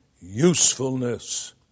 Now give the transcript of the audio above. usefulness